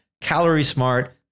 calorie-smart